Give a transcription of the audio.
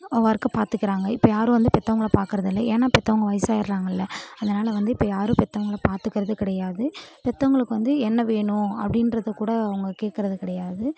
ஒர்க்கை பார்த்துக்குறாங்க இப்போ யாரும் வந்து பெற்றவங்கள பார்க்குறது இல்லை ஏன்னால் பெற்றவங்க வயசாயிடறாங்கள்ல அதனால் வந்து இப்போ யாரும் பெற்றவங்கள பார்த்துக்குறது கிடையாது பெற்றவங்களுக்கு வந்து என்ன வேணும் அப்படின்றதை கூட அவங்க கேட்குறது கிடையாது